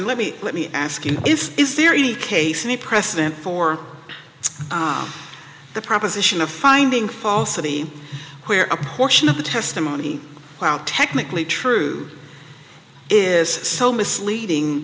let me let me ask you if is there any case any precedent for the proposition of finding falsity where a portion of the testimony now technically true is so misleading